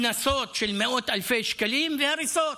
קנסות של מאות אלפי שקלים והריסות.